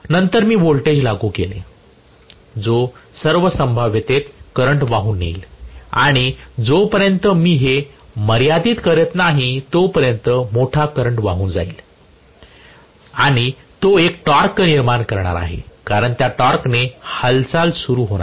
नंतर मी वोल्टेज लागू केले जो सर्व संभाव्यतेत करंट वाहून नेईल आणि जोपर्यंत मी हे मर्यादित करत नाही तोपर्यंत मोठा करंट वाहून जाईल आणि तो एक टॉर्क निर्माण करणार आहे कारण त्या टॉर्कने हालचाल सुरू होणार आहे